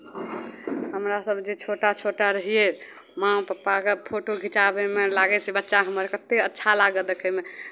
हमरासभ जे छोटा छोटा रहियै माँ पप्पाके फोटो घिचाबैमे लागय से बच्चा हमर कतेक अच्छा लागत देखैमे